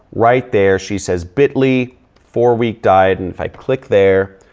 right there. she says, bitly four-week diet. and if i click there,